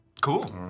Cool